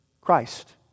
Christ